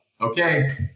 okay